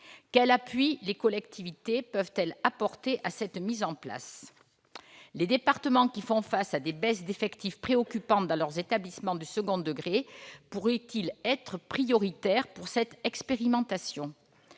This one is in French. Quel appui les collectivités territoriales peuvent-elles apporter à cette mise en place ? Les départements qui font face à des baisses d'effectifs préoccupantes dans leurs établissements du second degré pourraient-ils être prioritaires pour cette expérimentation ?